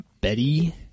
Betty